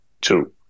two